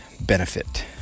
benefit